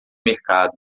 mercado